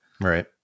Right